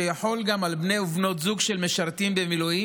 שיחול גם על בני ובנות זוג של משרתים במילואים,